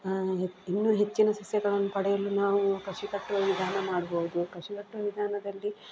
ಹೆ ಇನ್ನೂ ಹೆಚ್ಚಿನ ಸಸ್ಯಗಳನ್ನು ಪಡೆಯಲು ನಾವು ಕಸಿ ಕಟ್ಟುವ ವಿಧಾನ ಮಾಡ್ಬೋದು ಕಸಿ ಕಟ್ಟುವ ವಿಧಾನದಲ್ಲಿ